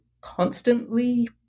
constantly